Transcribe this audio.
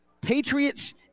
Patriots